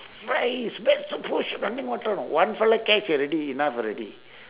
raise back to push running water know one fellow catch already enough already